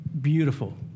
Beautiful